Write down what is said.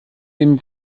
dem